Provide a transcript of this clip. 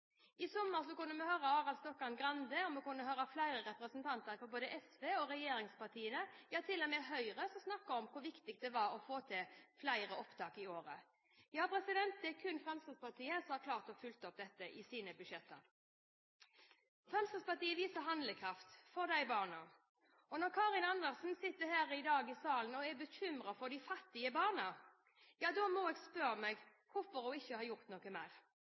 I sommer kunne vi høre Arild Stokkan-Grande og flere representanter fra både SV og de andre regjeringspartiene – til og med fra Høyre – snakke om hvor viktig det var å få til flere opptak i året. Det er kun Fremskrittspartiet som har klart å følge opp dette i sine budsjetter. Fremskrittspartiet viser handlekraft når det gjelder disse barna. Når Karin Andersen sitter her i dag i salen og er bekymret for de fattige barna, må jeg spørre meg hvorfor de ikke har gjort noe mer.